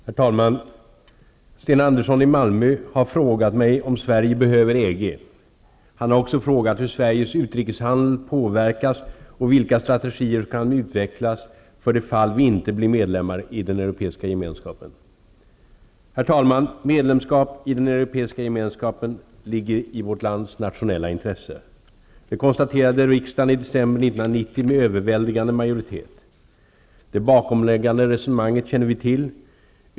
Herr talman! Sten Andersson i Malmö har frågat mig om Sverige behöver EG. Han har också frågat hur Sveriges utrikeshandel påverkas och vilka strategier som kan utvecklas i det fall vi inte blir medlemmar i den europeiska gemenskapen. Herr talman! Medlemskap i Europeiska gemenskapen ligger i vårt lands nationella intresse. Det konstaterade riksdagen i december 1990 med överväldigande majoritet. Det bakomliggande resonemanget känner vi väl till.